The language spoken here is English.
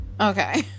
Okay